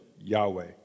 Yahweh